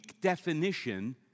definition